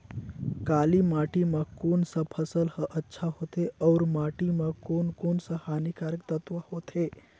काली माटी मां कोन सा फसल ह अच्छा होथे अउर माटी म कोन कोन स हानिकारक तत्व होथे?